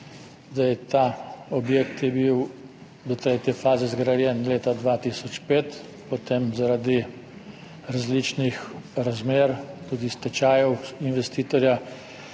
Ta objekt je bil do tretje faze zgrajen leta 2005, potem se je zaradi različnih razmer, tudi stečajev investitorja,